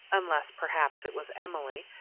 unless, perhaps, it was emily,